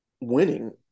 winning